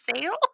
sale